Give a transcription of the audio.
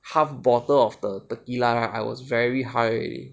half bottle of the tequila right I was very high